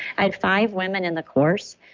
i had five women in the course,